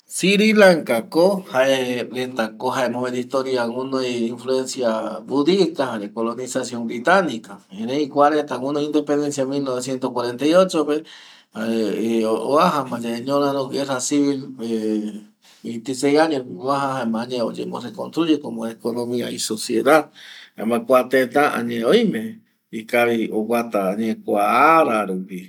Sri Lanka jae ko gunoi influencia budista jaere colonizacion britanica jaema añe jokua teta oime ikavi oguata kua ara rupi